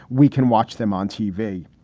we can watch them on tv.